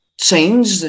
change